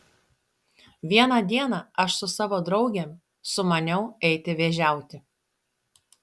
vieną dieną aš su savo draugėm sumaniau eiti vėžiauti